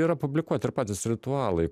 yra publikuoti ir patys ritualai